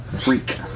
freak